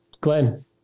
Glenn